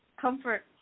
comfort